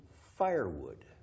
firewood